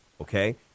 okay